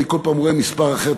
אני כל פעם רואה מספר אחר.